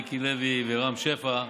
מיקי לוי ורם שפע,